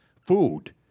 food